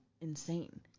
insane